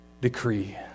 decree